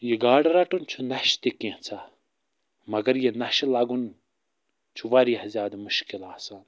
یہِ گاڈٕ رَٹُن چھُ نَشہٕ تہِ کینٛژاہ مگر یہِ نَشہٕ لگُن چھُ وارِیاہ زیادٕ مُشکِل آسان